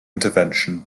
intervention